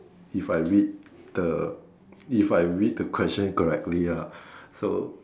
if I read the if I read the question correctly ah so